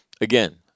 again